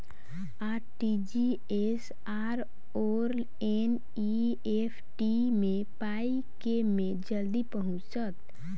RTGS आओर NEFT मे पाई केँ मे जल्दी पहुँचत?